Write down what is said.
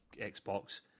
Xbox